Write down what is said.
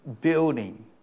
building